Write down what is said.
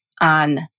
on